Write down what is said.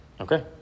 Okay